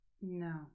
No